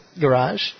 Garage